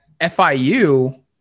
FIU